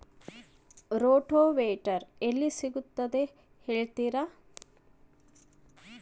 Rotavator ಎಲ್ಲಿ ಸಿಗುತ್ತದೆ ಹೇಳ್ತೇರಾ?